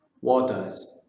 waters